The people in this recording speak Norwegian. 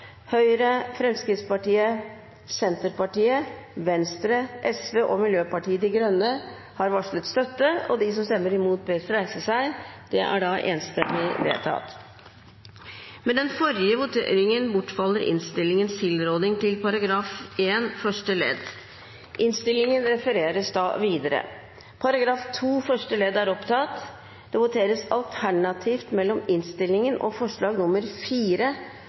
Høyre, Fremskrittspartiet, Senterpartiet, Venstre, Sosialistisk Venstreparti og Miljøpartiet De Grønne har varslet støtte til forslaget. Med den forrige voteringen bortfaller innstillingens tilråding til § 1 første ledd. Det voteres alternativt mellom komiteens innstilling til § 2 første ledd og forslag